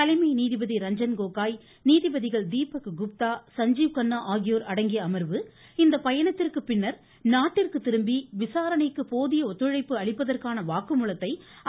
தலைமை நீதிபதி ரஞ்சன்கோகோய் நீதிபதிகள் தீபக் குப்தா சஞ்சீவ் கண்ணா ஆகியோர் அடங்கிய அமர்வு இந்த பயணத்திற்கு பின்னர் நாட்டிற்கு திரும்பி விசாரணைக்கு போதிய ஒத்துழைப்பு அளிப்பதற்கான வாக்குமூலத்தை அவரிடமிருந்து பெறவும் ஆணையிட்டுள்ளது